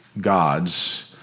God's